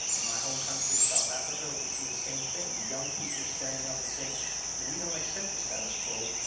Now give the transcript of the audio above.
in my home country south africa we see the same thing, young people standing up and saying we don't accept the status quo,